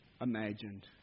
imagined